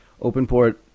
openport